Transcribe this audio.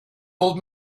old